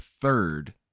third